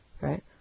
Right